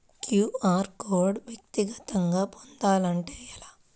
QR code వ్యక్తిగతంగా పొందాలంటే ఎలా?